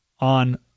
on